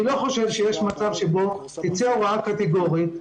אני לא חושב שיש מצב שבו תצא הוראה קטגורית,